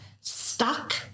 stuck